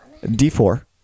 D4